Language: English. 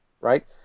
Right